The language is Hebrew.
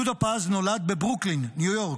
יהודה פז נולד בברוקלין ניו יורק,